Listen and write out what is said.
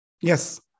Yes